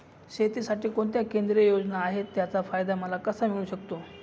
शेतीसाठी कोणत्या केंद्रिय योजना आहेत, त्याचा फायदा मला कसा मिळू शकतो?